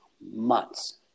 months